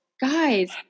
guys